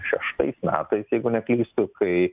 šeštais metais jeigu neklystu kai